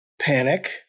panic